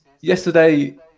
yesterday